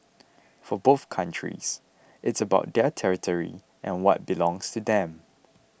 for both countries it's about their territory and what belongs to them